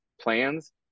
plans